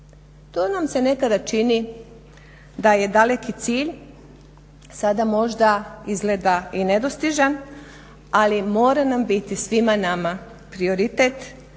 To nam se nekada čini da je daleki cilj, sada izgleda možda i nedostižan ali mora nam biti svima nama prioritet